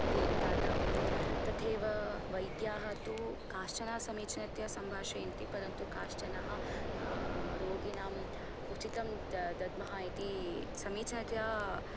यदि दातव्यं तथैव वैद्याः तु काश्चन समीचीनतया संभाषयन्ति परन्तु काश्चन रोगिणाम् उचितं दद्मः इति समीचीनतया